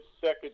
second